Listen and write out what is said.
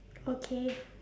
okay